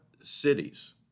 cities